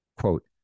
quote